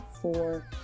four